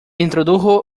introdujo